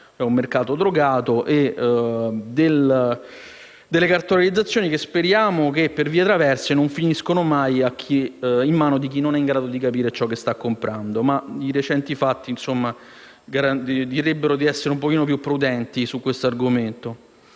un mercato drogato, con delle cartolarizzazioni che speriamo non finiscano mai per vie traverse in mano a chi non è in grado di capire ciò che sta comprando. Ma i recenti fatti direbbero di essere un po' più prudenti su questo argomento.